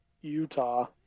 Utah